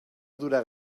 durar